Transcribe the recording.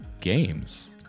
games